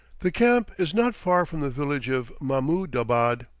the camp is not far from the village of mahmoudabad,